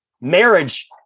marriage